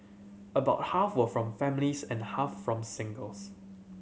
about half were from families and half from singles